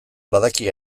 badaki